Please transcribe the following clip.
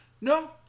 No